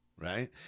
right